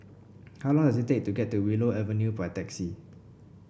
how long does it take to get to Willow Avenue by taxi